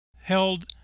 held